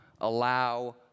allow